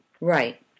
Right